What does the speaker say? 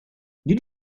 nid